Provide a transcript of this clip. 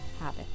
habit